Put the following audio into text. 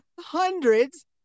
Hundreds